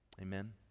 Amen